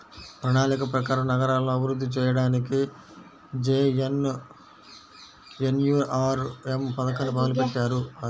ప్రణాళిక ప్రకారం నగరాలను అభివృద్ధి చెయ్యడానికి జేఎన్ఎన్యూఆర్ఎమ్ పథకాన్ని మొదలుబెట్టారు